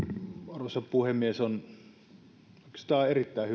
arvoisa puhemies on oikeastaan erittäin